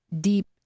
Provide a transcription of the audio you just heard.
deep